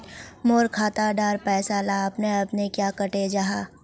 मोर खाता डार पैसा ला अपने अपने क्याँ कते जहा?